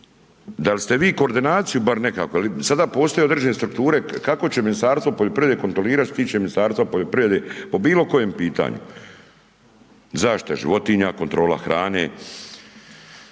dal' ste vi koordinaciju bar nekako, jer sada postoje određene strukture kako će Ministarstvo poljoprivrede kontrolirat što se tiče Ministarstva poljoprivrede po bilo kojem pitanju. Zaštita životinja, kontrola hrane,